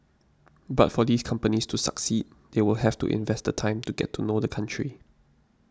but for these companies to succeed they will have to invest the time to get to know the country